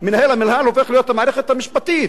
המערכת המשפטית.